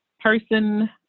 person